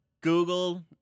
Google